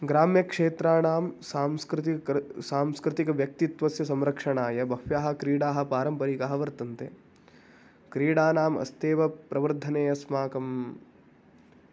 ग्राम्यक्षेत्राणां सांस्कृतिक सांस्कृतिकव्यक्तित्वस्य संरक्षणाय बह्व्यः क्रीडाः पारम्परिकाः वर्तन्ते क्रीडानाम् अस्त्येव प्रवर्धने अस्माकं